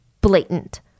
blatant